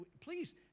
Please